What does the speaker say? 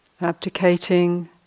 abdicating